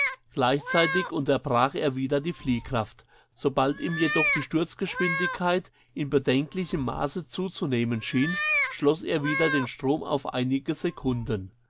gleichzeitig unterbrach er wieder die fliehkraft sobald ihm jedoch die sturzgeschwindigkeit in bedenklichem maße zuzunehmen schien schloß er wieder den strom auf einige sekunden